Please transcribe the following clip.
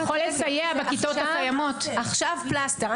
פלסטר.